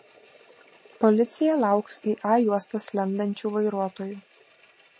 policija lauks į a juostas lendančių vairuotojų